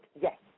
Yes